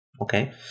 okay